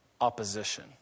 opposition